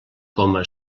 coma